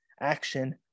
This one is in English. action